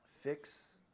fix